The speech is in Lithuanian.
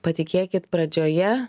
patikėkit pradžioje